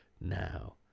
now